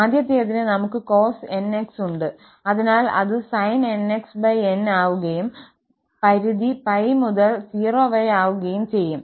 ആദ്യത്തേതിന് നമുക് cos𝑛𝑥 ഉണ്ട് അതിനാൽ അത് sinnxn ആകുകയും പരിധി −𝜋 മുതൽ 0 വരെ ആകുകയും ചെയ്യും